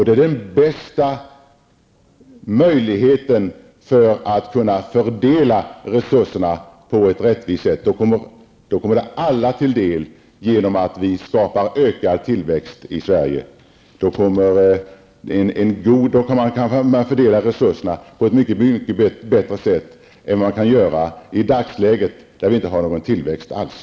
Det är den bästa åtgärden när det gäller att möjliggöra en rättvis fördelning av resurserna. Alla får del av resurserna om en ökad tillväxt kan åstadkommas. Resurserna kan ju då fördelas på ett mycket bättre sätt jämfört med vad som är möjligt i dagsläget. Nu har vi ju inte någon tillväxt alls.